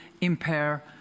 impair